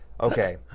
okay